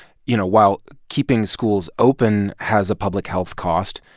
you know, while keeping schools open has a public health cost,